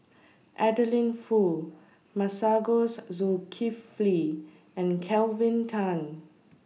Adeline Foo Masagos Zulkifli and Kelvin Tan